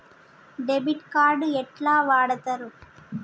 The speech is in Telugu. డెబిట్ కార్డు ఎట్లా వాడుతరు?